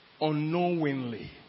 Unknowingly